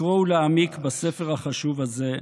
לקרוא ולהעמיק בספר החשוב הזה,